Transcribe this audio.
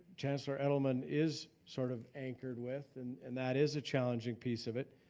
chancellor edelman is sort of anchored with and and that is a challenging piece of it.